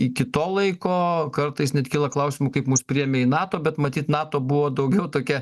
iki to laiko kartais net kyla klausimų kaip mus priėmė į nato bet matyt nato buvo daugiau tokia